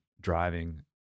driving